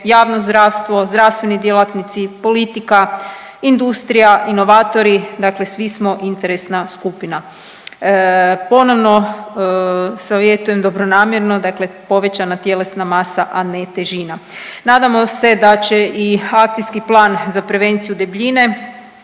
javno zdravstvo, zdravstveni djelatnici, politika, industrija, inovatori dakle svi smo interesna skupina. Ponovno savjetujem dobronamjerno dakle povećana tjelesna masa, a ne težina. Nadamo se da će i Akcijski plan za prevenciju debljine